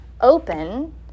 open